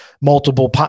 multiple